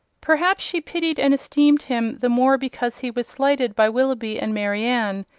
perhaps she pitied and esteemed him the more because he was slighted by willoughby and marianne,